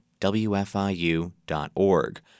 wfiu.org